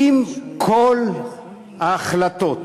אם כל ההחלטות